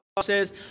says